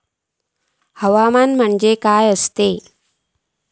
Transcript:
हवामान म्हणजे काय असता?